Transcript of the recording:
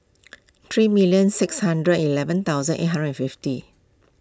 three million six hundred eleven thousand eight hundred fifty